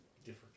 different